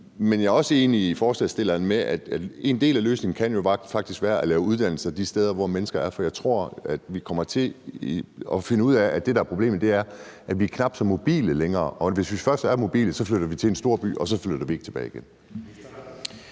Men jeg er også enig med forslagsstillerne i, at en del af løsningen jo faktisk kan være at lægge uddannelser de steder, hvor mennesker er. For jeg tror, at man kommer til at finde ud af, at det, der er problemet, er, at vi er knap så mobile længere. Og at vi, hvis vi først er mobile, flytter til en storby, og så ikke flytter tilbage igen.